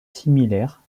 similaire